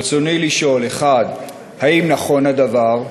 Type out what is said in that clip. ברצוני לשאול: 1. האם נכון הדבר?